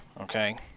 okay